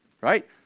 right